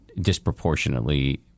disproportionately